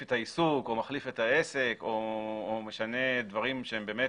את העיסוק או מחליף את העסק או משנה דברים שהם באמת